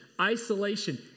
isolation